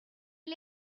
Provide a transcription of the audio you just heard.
est